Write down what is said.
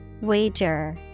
Wager